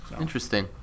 Interesting